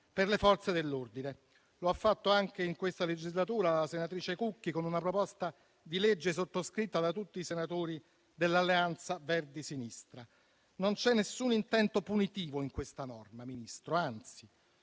per le Forze dell'ordine: lo ha fatto anche in questa legislatura la senatrice Cucchi, con una proposta di legge sottoscritta da tutti i senatori dell'Alleanza Verdi e Sinistra. Non c'è nessun intento punitivo in questa proposta, Ministro, anzi.